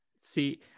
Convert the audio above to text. See